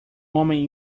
homem